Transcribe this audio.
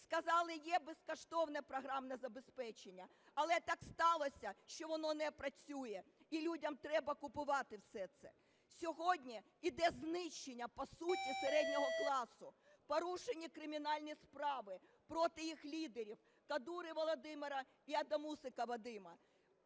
Сказали, є безкоштовне програмне забезпечення. Але так сталося, що воно не працює, і людям треба купувати все це. Сьогодні йде знищення по суті середнього класу, порушені кримінальні справи проти їх лідерів Кадури Володимира і Адамусика Вадима.